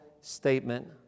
statement